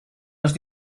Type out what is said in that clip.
los